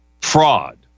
fraud